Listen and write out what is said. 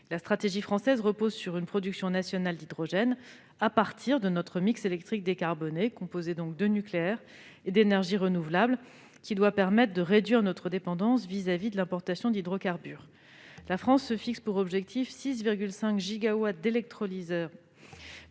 La stratégie française repose sur une production nationale d'hydrogène à partir de notre mix électrique décarboné, composé de nucléaire et d'énergies renouvelables, ce qui doit nous permettre de réduire notre dépendance vis-à-vis de l'importation d'hydrocarbures. La France veut atteindre une capacité de 6,5 gigawatts d'électrolyseurs installés